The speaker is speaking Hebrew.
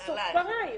בסוף דברייך.